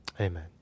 amen